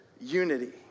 unity